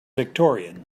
victorian